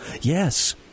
Yes